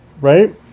Right